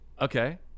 okay